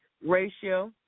ratio